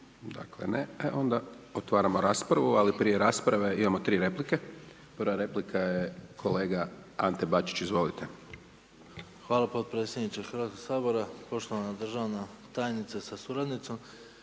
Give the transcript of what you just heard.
Dakle ne. E onda otvaramo raspravu ali prije rasprave imamo tri replike. Prva replika je kolega Ante Bačić. Izvolite. **Bačić, Ante (HDZ)** Hvala potpredsjedniče Hrvatskoga sabora, poštovana državna tajnice sa suradnicom.